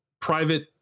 private